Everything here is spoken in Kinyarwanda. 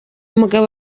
mugabo